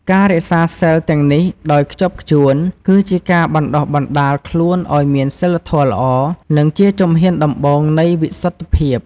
ការរក្សាសីលទាំងនេះដោយខ្ជាប់ខ្ជួន គឺជាការបណ្តុះបណ្តាលខ្លួនឱ្យមានសីលធម៌ល្អ និងជាជំហានដំបូងនៃវិសុទ្ធិភាព។